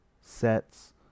sets